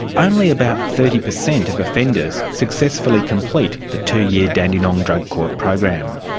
only about thirty percent of offenders successfully complete the two-year dandenong drug court program.